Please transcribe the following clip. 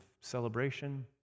celebration